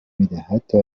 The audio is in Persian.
میده، حتا